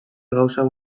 gauzak